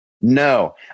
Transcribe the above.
No